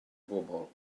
bobl